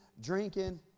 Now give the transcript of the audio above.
drinking